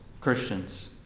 Christians